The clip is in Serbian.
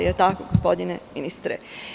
Je li tako, gospodine ministre?